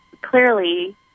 clearly